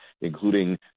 including